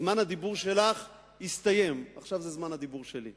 זמן הדיבור שלך הסתיים, עכשיו זה זמן הדיבור שלי.